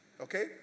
Okay